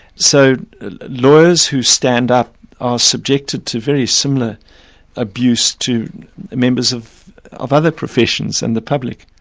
so lawyers who stand up are subjected to very similar abuse to members of of other professions and the public.